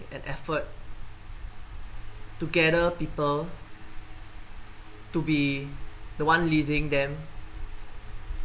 and effort to gather people to be the one leading them